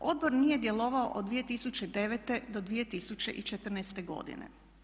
Odbor nije djelovao od 2009. do 2014. godine.